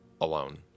alone